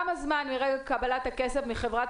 תוך כמה זמן נראה את קבלת הכסף מחברת